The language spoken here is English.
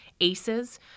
ACEs